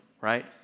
right